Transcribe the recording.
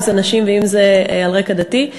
אם של נשים ואם על רקע דתי,